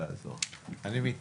אני לא זוכר אם התבקשתי,